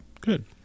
good